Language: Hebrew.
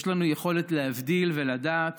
יש לנו יכולת להבדיל ולדעת